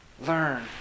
Learn